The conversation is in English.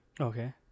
Okay